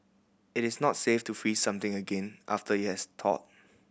it is not safe to freeze something again after it has thawed